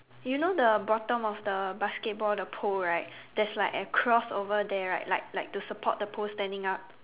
you know the bottom of the basketball the pole right there's like a cross over there right like like to support the pole standing up